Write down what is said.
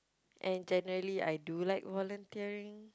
and generally I do like volunteering